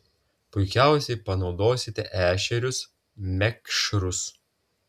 puikiausiai panaudosite ešerius mekšrus